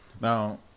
Now